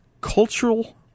Cultural